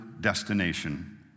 destination